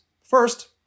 First